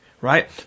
Right